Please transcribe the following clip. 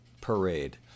parade